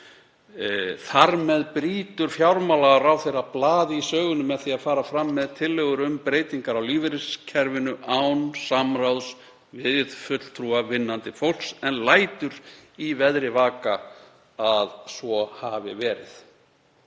Þar með brýtur fjármálaráðherra blað í sögunni með því að fara fram með tillögur um breytingar á lífeyriskerfinu án samráðs við fulltrúa vinnandi fólks en lætur í veðri vaka að svo hafi verið.“